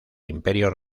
imperio